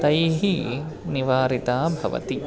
तैः निवारिता भवति